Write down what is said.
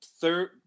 third